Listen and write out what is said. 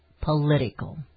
political